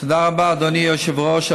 תודה רבה, אדוני היושב-ראש.